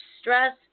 stress